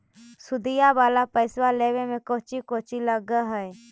सुदिया वाला पैसबा लेबे में कोची कोची लगहय?